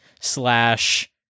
slash